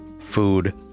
food